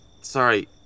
sorry